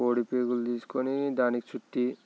కోడి పేగులు తీసుకొని దానికి చుట్టి